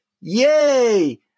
Yay